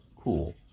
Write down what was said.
cool